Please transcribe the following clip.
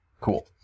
Cool